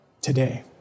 today